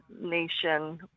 nation